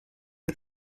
for